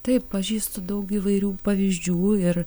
taip pažįstu daug įvairių pavyzdžių ir